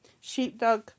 Sheepdog